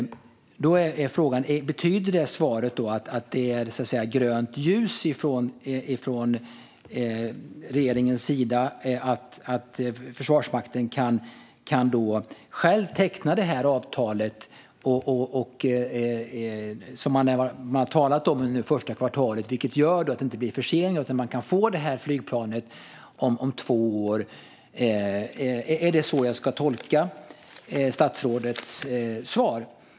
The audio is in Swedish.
Betyder svaret att Försvarsmakten har grönt ljus från regeringen att själv teckna detta avtal under första kvartalet, vilket skulle göra att det inte blev några förseningar utan att man kunde få flygplanet om två år? Är det så jag ska tolka statsrådets svar?